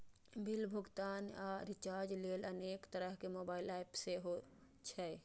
bill भुगतान आ recharge लेल अनेक तरहक मोबाइल एप सेहो छै